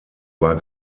war